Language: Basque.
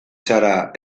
zara